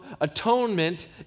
atonement